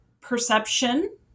perception